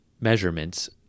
measurements